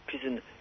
prison